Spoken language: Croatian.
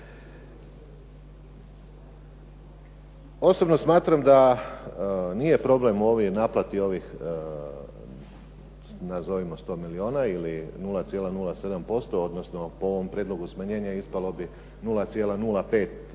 Osobno smatram da nije problem u naplati ovih nazivamo 100 milijuna ili 0,07%, odnosno po ovom prijedlogu ispalo bi 0,0525%